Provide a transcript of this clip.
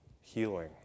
healing